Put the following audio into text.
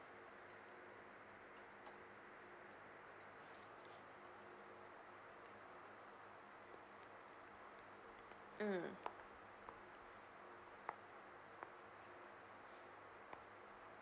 mm